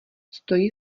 stojí